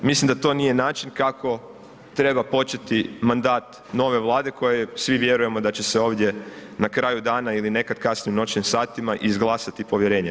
Mislim da to nije način kako treba početi mandat nove Vlade koje svi vjerujem da će se ovdje na kraju dana ili nekad kasnim noćnim satima, izglasati povjerenje to.